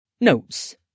Notes